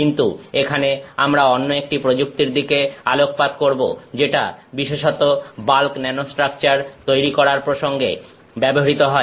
কিন্তু এখানে আমরা অন্য একটি প্রযুক্তির দিকে আলোকপাত করব যেটা বিশেষত বাল্ক ন্যানোস্ট্রাকচার তৈরি করার প্রসঙ্গে ব্যবহৃত হয়